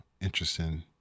interesting